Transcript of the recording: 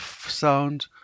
sound